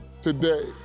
today